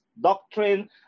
doctrine